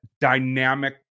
dynamic